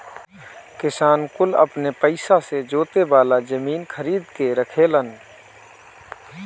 किसान कुल अपने पइसा से जोते वाला मशीन खरीद के रखेलन